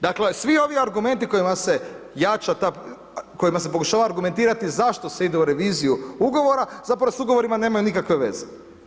Dakle, svi ovi argumenti kojima se jača ta, kojima se pokušava argumentirati zašto se ide u reviziju ugovora zapravo s ugovorima nemaju nikakve veze.